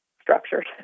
structured